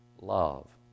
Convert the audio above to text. love